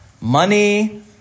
money